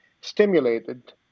stimulated